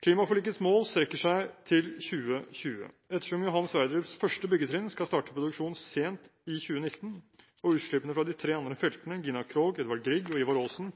Klimaforlikets mål strekker seg til 2020. Ettersom Johan Sverdrups første byggetrinn skal starte produksjon sent i 2019, og utslippene fra de tre andre feltene, Gina Krog, Edvard Grieg og Ivar Aasen,